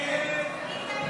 הצבעה.